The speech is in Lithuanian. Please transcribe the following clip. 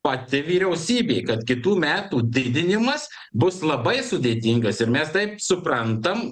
pati vyriausybė kad kitų metų didinimas bus labai sudėtingas ir mes taip suprantam